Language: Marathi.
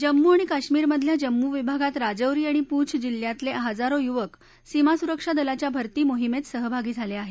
जम्मू आणि कश्मीर मधल्या जम्मू विभागात राजौरी आणि पूंछ जिल्ह्यातले हजारो युवक सीमा सुरक्षा दलाच्या भर्ती मोहीमेत सहभागी झाले आहेत